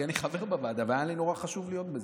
כי אני חבר בוועדה, והיה לי נורא חשוב להיות בזה.